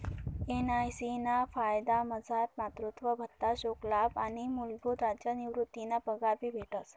NIC ना फायदामझार मातृत्व भत्ता, शोकलाभ आणि मूलभूत राज्य निवृतीना पगार भी भेटस